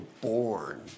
born